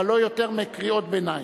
אבל לא יותר מקריאות ביניים.